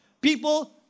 People